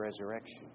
resurrection